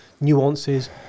nuances